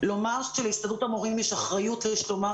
לומר שלהסתדרות המורים יש אחריות לשלומם